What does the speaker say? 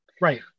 right